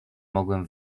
mogłem